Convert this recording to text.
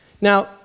Now